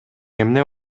эмне